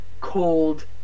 cold